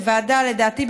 לדעתי,